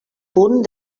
punt